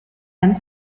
and